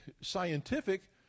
scientific